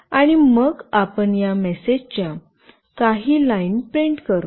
आणि मग आपण या मेसेज च्या काही लाइन प्रिंट करू